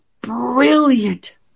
brilliant